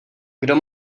kdo